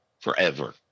forever